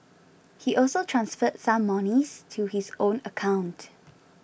he also transferred some monies to his own account